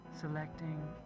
selecting